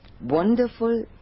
wonderful